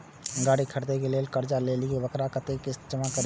गाड़ी खरदे के लेल जे कर्जा लेलिए वकरा कतेक किस्त में जमा करिए?